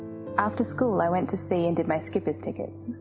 after school, i went to sea and did my skippers tickets.